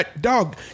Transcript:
dog